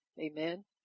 Amen